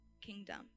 kingdom